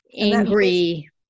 angry